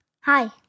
Hi